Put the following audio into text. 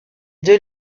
deux